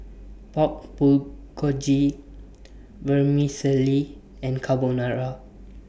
Pork Bulgogi Vermicelli and Carbonara